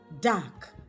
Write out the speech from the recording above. dark